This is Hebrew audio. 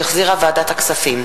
שהחזירה ועדת הכספים.